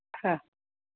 हा